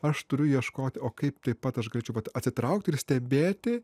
aš turiu ieškoti o kaip taip pat aš galėčiau vat atsitraukti ir stebėti